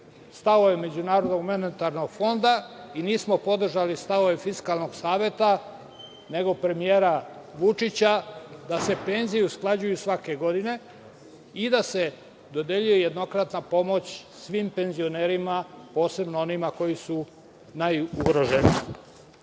toga, mi nismo podržali stavove MMF i nismo podržali stavove Fiskalnog saveta, nego premijera Vučića, da se penzije usklađuju svake godine i da se dodeljuje jednokratna pomoć svim penzionerima, posebno onima koji su najugroženiji. Pošto